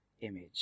image